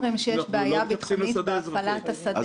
אנחנו לא אומרים שיש בעיה ביטחונית בהפעלת השדה.